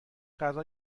غذا